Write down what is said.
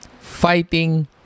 Fighting